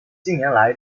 近年来